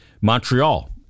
Montreal